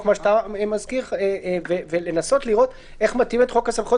מה שאתה מזכיר ולנסות לראות איך מתאימים את חוק הסמכויות